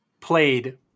played